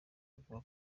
avuga